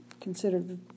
considered